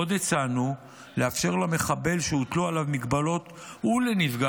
עוד הצענו לאפשר למחבל שהוטלו עליו הגבלות ולנפגע